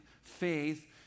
faith